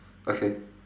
okay